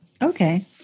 Okay